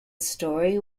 story